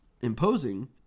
imposing